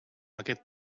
aquest